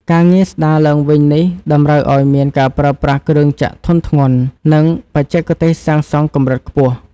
ការងារស្ដារឡើងវិញនេះតម្រូវឱ្យមានការប្រើប្រាស់គ្រឿងចក្រធុនធ្ងន់ និងបច្ចេកទេសសាងសង់កម្រិតខ្ពស់។